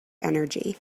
energy